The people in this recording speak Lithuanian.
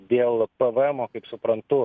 dėl pvmo kaip suprantu